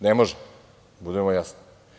Ne može, da budemo jasni.